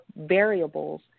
variables